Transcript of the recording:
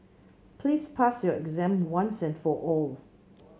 please pass your exam once and for all